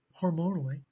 hormonally